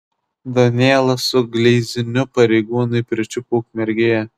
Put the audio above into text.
duonėlą su gleizniu pareigūnai pričiupo ukmergėje